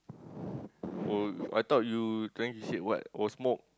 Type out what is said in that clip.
oh I thought you trying to say what oh smoke